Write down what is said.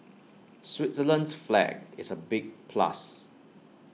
Switzerland's flag is A big plus